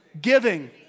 Giving